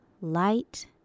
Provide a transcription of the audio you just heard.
light